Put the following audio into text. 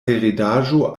heredaĵo